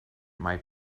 might